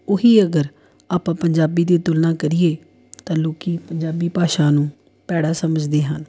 ਉਹੀ ਅਗਰ ਆਪਾਂ ਪੰਜਾਬੀ ਦੀ ਤੁਲਨਾ ਕਰੀਏ ਤਾਂ ਲੋਕ ਪੰਜਾਬੀ ਭਾਸ਼ਾ ਨੂੰ ਭੈੜਾ ਸਮਝਦੇ ਹਨ